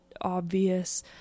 obvious